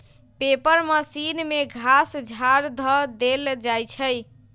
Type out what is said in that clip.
paper machine में घास झाड़ ध देल जाइ छइ